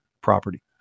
property